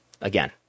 Again